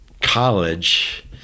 college